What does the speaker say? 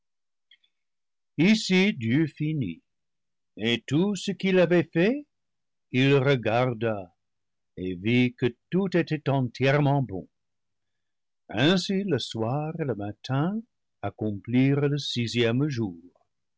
ici dieu finit et tout ce qu'il avait fait il le regarda et vit que tout était entièrement bon ainsi le soir et le matin ac complirent le sixième jour